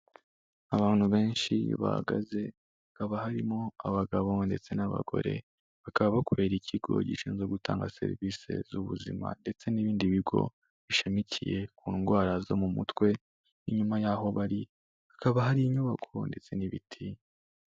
Abantu benshi bahagaze haba harimo abagabo ndetse n'abagore. Bakaba bakorera ikigo gishinzwe gutanga serivisi z'ubuzima ndetse n'ibindi bigo bishamikiye ku ndwara zo mu mutwe, inyuma y'aho bari hakaba hari inyubako ndetse n'ibiti.